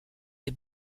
des